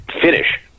finish